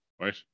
right